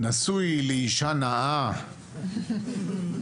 נשוי לאישה נאה ישראלית,